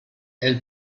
elle